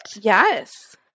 yes